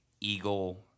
Eagle